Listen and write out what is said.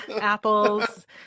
apples